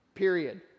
Period